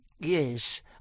Yes